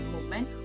Movement